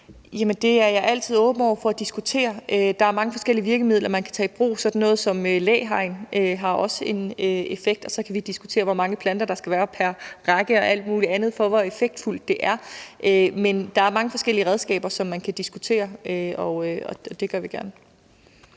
Det er jeg altid åben over for at diskutere. Der er mange forskellige virkemidler, man kan tage i brug. Sådan noget som læhegn har også en effekt. Og så kan vi diskutere, hvor mange planter der skal være pr. række og alt muligt andet, og hvor effektfuldt det er, men der er mange forskellige redskaber, som man kan diskutere, og det gør vi gerne.